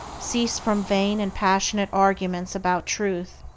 cease from vain and passionate arguments about truth,